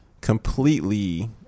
completely